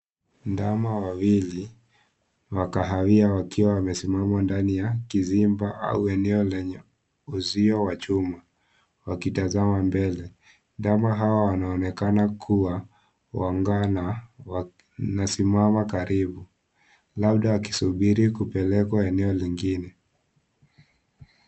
Ndama wawili wa kahawia wakiwa wamesimama ndani ya kizimba au eneo lenye uzio wa chuma wakitazama mbele ndama hawa wanaonekana kuwa wangali wanasimama karibu labda akisubiri kupelekwa eneo lingine.